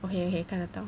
okay okay 看得到